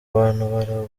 bantu